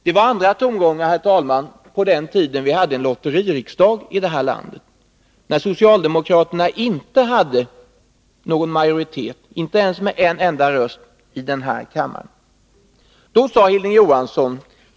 Det var andra tongångar, herr talman, på den tiden vi hade en lotteririksdag i det här landet, när socialdemokraterna inte hade någon majoritet i kammaren — inte ens med en enda röst.